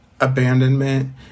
abandonment